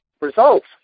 results